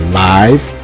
live